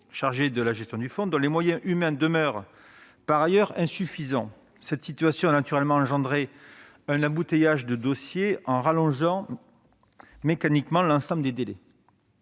chargée de la gestion du fonds, dont les moyens humains demeurent par ailleurs insuffisants. Cette situation a naturellement suscité un embouteillage de dossiers, en allongeant mécaniquement l'ensemble des délais.